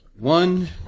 One